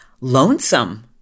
lonesome